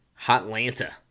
Hotlanta